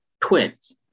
twins